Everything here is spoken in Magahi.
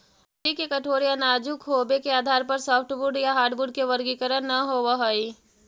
लकड़ी के कठोर या नाजुक होबे के आधार पर सॉफ्टवुड या हार्डवुड के वर्गीकरण न होवऽ हई